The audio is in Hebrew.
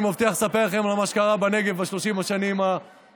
אני מבטיח לספר לכם על מה שקרה בנגב ב-30 השנים האחרונות.